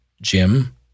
Jim